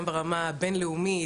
גם ברמה הבינלאומית,